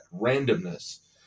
randomness